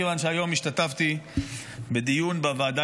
מכיוון שהיום השתתפתי בדיון בוועדה